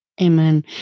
Amen